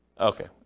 Okay